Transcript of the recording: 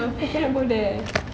I cannot go there